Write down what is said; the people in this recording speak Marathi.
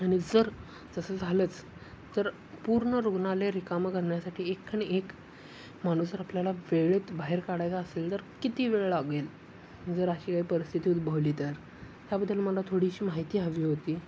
आणि जर जसं झालंच तर पूर्ण रुग्णालय रिकामं करण्यासाठी एक न एक माणूस जर आपल्याला वेळेत बाहेर काढायचा असेल तर किती वेळ लागेल जर अशी काही परिस्थिती उद्भवली तर त्याबद्दल मला थोडीशी माहिती हवी होती